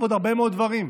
ועוד הרבה מאוד דברים.